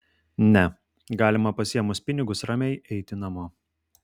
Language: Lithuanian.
ne galima pasiėmus pinigus ramiai eiti namo